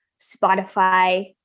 Spotify